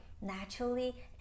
naturally